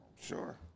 Sure